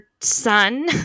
son